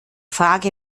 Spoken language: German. frage